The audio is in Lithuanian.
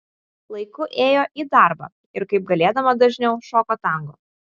laiku ėjo į darbą ir kaip galėdama dažniau šoko tango